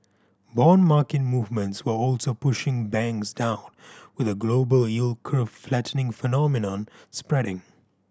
bond market movements were also pushing banks down with a global yield curve flattening phenomenon spreading